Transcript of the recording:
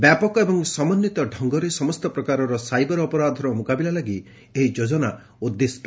ବ୍ୟାପକ ଏବଂ ସମନ୍ପିତ ଡଙ୍ଗରେ ସମସ୍ତ ପ୍ରକାରର ସାଇବର ଅପରାଧର ମୁକାବିଲା ଲାଗି ଏହି ଯୋଜନା ଉଦ୍ଦିଷ୍ଟ